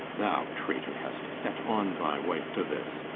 thou, traitor, hast set on thy wife to this.